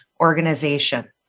organization